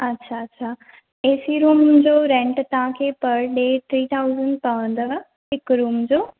अच्छा अच्छा A C room जो रैंट तव्हां खे पर डे थ्री थाउसैंड पवंदव हिक रूम जो